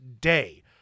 Day